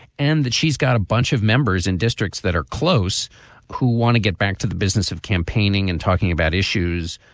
and that she's got a bunch of members in districts that are close who want to get back to the business of campaigning and talking about issues.